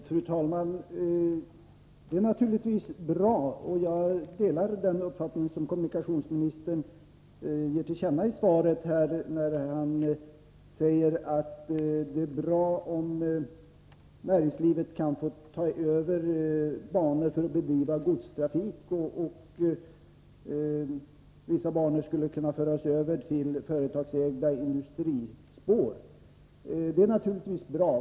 Fru talman! Jag delar den uppfattning som kommunikationsministern ger till känna i svaret. Kommunikationsministern säger där att det är bra om näringslivet får ta över vissa banor för att bedriva godstrafik. När det gäller vissa banor skulle det vara möjligt med en överföring till företagsägda industrispår. Det är naturligtvis bra.